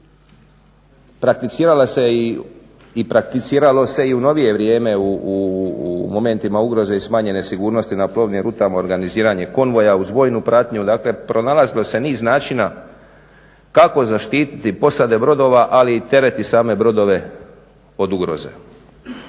Prakticiralo se i u novije vrijeme u momentima ugroza i smanjene sigurnosti na plovnim rutama organiziranje konvoja uz vojnu pratnju. Dakle, pronalazilo se niz načina kako zaštititi posade brodova, ali i teret i same brodove od ugroze.